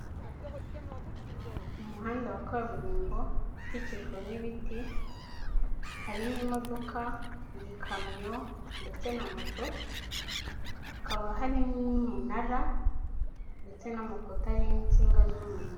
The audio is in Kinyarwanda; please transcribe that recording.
Ni umuhanda wa kaburimbo ukikijwe n'ibiti, harimo imodoka y'ikamyo ndetse na moto, hakaba hari n'umunara ndetse n'amapota ariho insinga z'umuriro.